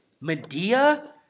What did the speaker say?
Medea